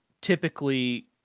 typically